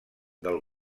del